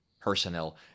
personnel